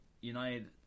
United